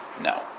No